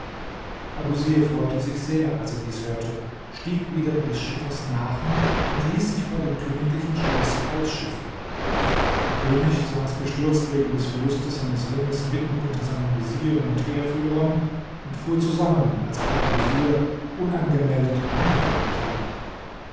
abusir freute sich sehr als er dies hörte stieg wieder in des schiffers nachen und ließ sich vor dem königlichen schloß ausschiffen der könig saß bestürzt wegen des verlustes seines ringes mitten unter seinen vezieren und heerführern und fuhr zusammen als er abusir unangemeldet hereintreten sah